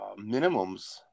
minimums